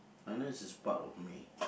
minus is part of me